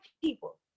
people